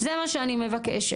זה מה שאני מבקשת.